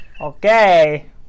Okay